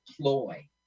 ploy